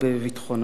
בביטחון המדינה.